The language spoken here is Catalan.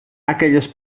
aquelles